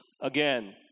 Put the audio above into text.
again